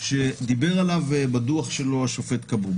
שדיבר עליו בדוח שלו השופט כבוב.